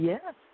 Yes